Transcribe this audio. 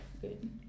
good